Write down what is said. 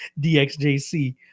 dxjc